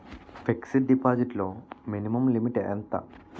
Fixed deposit లో minimum limit ఎంత?